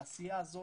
והעשייה הזאת,